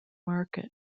market